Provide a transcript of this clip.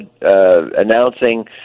announcing